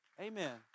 Amen